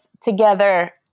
together